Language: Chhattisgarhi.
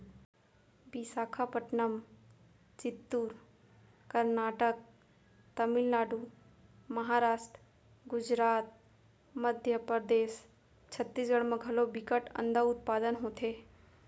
बिसाखापटनम, चित्तूर, करनाटक, तमिलनाडु, महारास्ट, गुजरात, मध्य परदेस, छत्तीसगढ़ म घलौ बिकट अंडा उत्पादन होथे